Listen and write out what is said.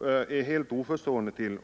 är jag helt oförstående till.